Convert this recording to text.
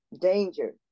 danger